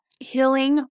Healing